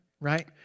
Right